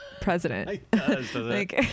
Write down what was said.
president